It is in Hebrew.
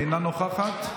אינה נוכחת,